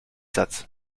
satz